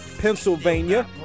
Pennsylvania